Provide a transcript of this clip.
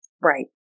Right